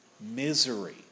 misery